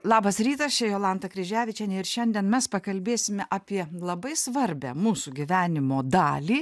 labas rytas čia jolanta kryževičienė ir šiandien mes pakalbėsime apie labai svarbią mūsų gyvenimo dalį